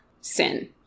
sin